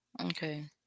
okay